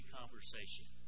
conversation